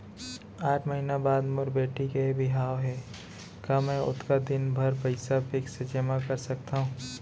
आठ महीना बाद मोर बेटी के बिहाव हे का मैं ओतका दिन भर पइसा फिक्स जेमा कर सकथव?